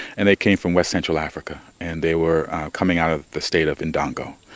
and they came from west central africa, and they were coming out of the state of ndongo.